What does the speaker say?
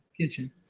Kitchen